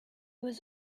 was